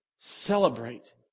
Celebrate